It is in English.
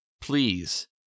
Please